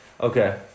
Okay